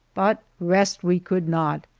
but rest we could not,